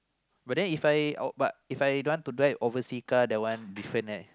but then If I but If I don't want to drive oversea car that one different right